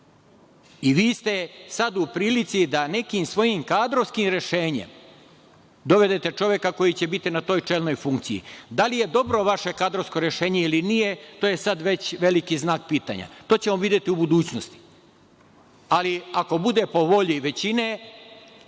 vi ste sada u prilici da nekim svojim kadrovskim rešenjem dovedete čoveka koji će biti na toj čelnoj funkciji. Da li je dobro vaše kadrovsko rešenje ili nije, to je sad već veliki znak pitanja. To ćemo videti u budućnosti. Ali, ako bude po volji većine,